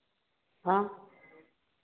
हाँ